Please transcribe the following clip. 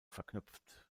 verknüpft